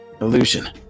illusion